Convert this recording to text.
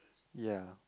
ya